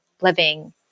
living